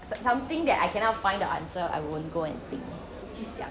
some~ something that I cannot find the answer I won't go and think 去想